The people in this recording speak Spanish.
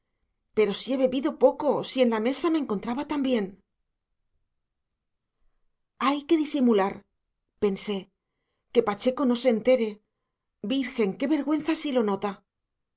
pero si he bebido poco si en la mesa me encontraba tan bien hay que disimular pensé que pacheco no se entere virgen y qué vergüenza si lo nota